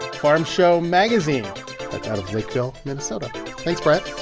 farm show magazine that's out of lakeville, minn so like thanks, bryant